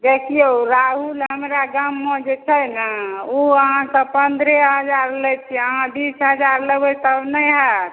देखिऔ राहुल हमरा गाममे जे छै ने ओ अहाँके पनरहे हजार लै छै अहाँ बीस हजार लेबै तब नहि हैत